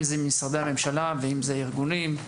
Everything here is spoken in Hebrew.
אם זה משרדי הממשלה ואם זה הארגונים,